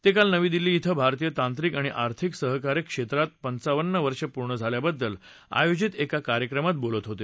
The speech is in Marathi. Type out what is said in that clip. ते काल नवी दिल्ली धिं भारतीय तांत्रिक आणि आथिंक सहकार्य क्षेत्रात पंच्चावन वर्ष पूर्ण झाल्याबद्दल आयोजित एका कार्यक्रमात बोलत होते